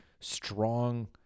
strong